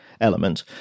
element